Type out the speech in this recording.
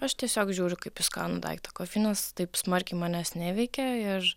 aš tiesiog žiūriu kaip į skanų daiktą kofeinas taip smarkiai manęs neveikia ir